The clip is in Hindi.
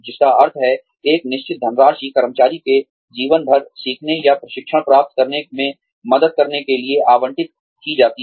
जिसका अर्थ है एक निश्चित धनराशि कर्मचारी के जीवन भर सीखने या प्रशिक्षण प्राप्त करने में मदद करने के लिए आवंटित की जाती है